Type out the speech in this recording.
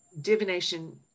divination